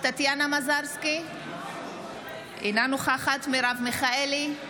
טטיאנה מזרסקי, אינה נוכחת מרב מיכאלי,